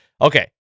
okay